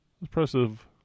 impressive